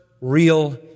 real